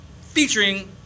featuring